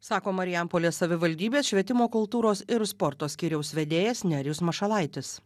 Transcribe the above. sako marijampolės savivaldybės švietimo kultūros ir sporto skyriaus vedėjas nerijus mašalaitis